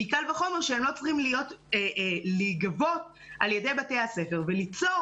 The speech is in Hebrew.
קל וחומר שהם לא צריכים להיגבות על ידי בתי הספר וליצור